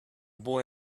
boy